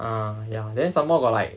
uh ya then some more got like